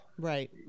Right